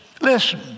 listen